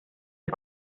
sie